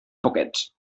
poquets